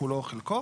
כולו או חלקו.